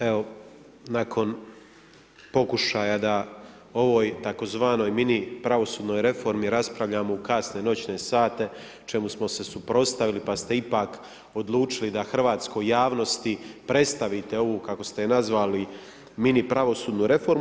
Evo nakon pokušaja da ovoj tzv. mini pravosudnoj reformi raspravljamo u kasne noćne sate čemu smo se suprotstavili pa ste ipak odlučili da hrvatskoj javnosti predstavite ovu kako ste je nazvali mini pravosudnu reformu.